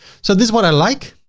so this one, i like.